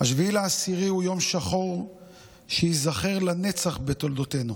7 באוקטובר הוא יום שחור שייזכר לנצח בתולדותינו.